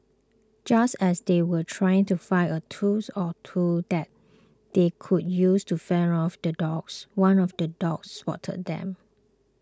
just as they were trying to find a tools or two that they could use to fend off the dogs one of the dogs spotted them